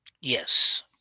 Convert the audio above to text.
Yes